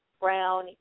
brown